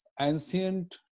ancient